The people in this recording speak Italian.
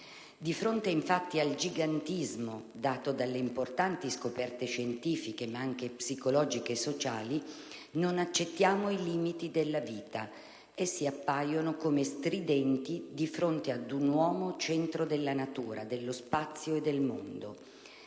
Di fronte, infatti, al gigantismo dato dalle importanti scoperte scientifiche, ma anche psicologiche e sociali, non accettiamo i limiti della vita, essi appaiono come stridenti di fronte ad un uomo centro della natura, dello spazio e del mondo.